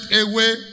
away